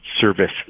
service